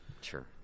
sure